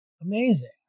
Amazing